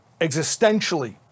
existentially